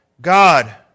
God